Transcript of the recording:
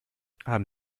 haben